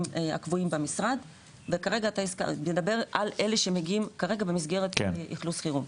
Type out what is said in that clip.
קבועים במשרד וכרגע אתה מדבר על אלה שמגיעים כרגע אכלוס חירום.